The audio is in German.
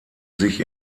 sich